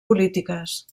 polítiques